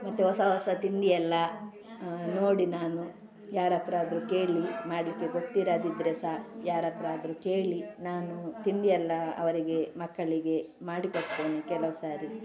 ಮತ್ತೆ ಹೊಸ ಹೊಸ ತಿಂಡಿಯೆಲ್ಲ ನೋಡಿ ನಾನು ಯಾರತ್ತಿರಾದ್ರು ಕೇಳಿ ಮಾಡಲಿಕ್ಕೆ ಗೊತ್ತಿರದಿದ್ದರೆ ಸಹ ಯಾರತ್ತಿರಾದ್ರು ಕೇಳಿ ನಾನು ತಿಂಡಿಯೆಲ್ಲ ಅವರಿಗೆ ಮಕ್ಕಳಿಗೆ ಮಾಡಿ ಕೊಡ್ತೇನೆ ಕೆಲವು ಸಾರಿ